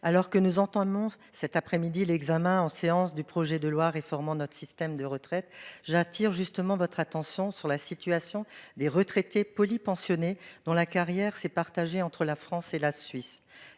Alors que nous entendent Mons cet après-midi l'examen en séance du projet de loi réformant notre système de retraite. J'attire justement votre attention sur la situation des retraités polypensionnés dont la carrière s'est partagé entre la France et la Suisse.